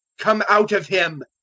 come out of him.